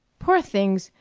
poor things!